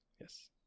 Yes